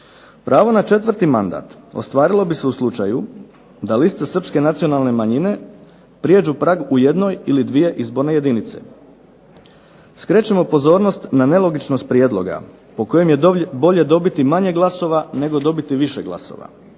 Pravo na četvrti mandat ostvarilo bi se u slučaju da liste Srpske nacionalne manjine prijeđu prag u jednoj ili dvije izborne jedinice. Skrećemo pozornost na nelogičnost prijedloga po kojem je bolje dobiti manje glasova nego dobiti više glasova.